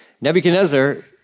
Nebuchadnezzar